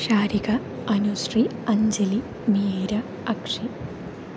Sarika Anusree Anjali Meera Akshi